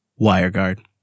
WireGuard